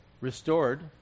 restored